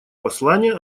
послание